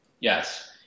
Yes